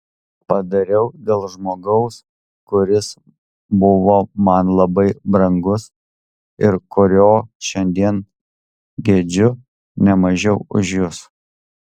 padariau dėl žmogaus kuris buvo man labai brangus ir kurio šiandien gedžiu ne mažiau už jus